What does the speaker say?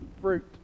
fruit